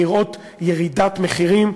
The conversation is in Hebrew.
לראות ירידת מחירים,